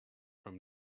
from